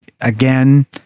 again